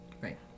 Right